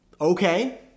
Okay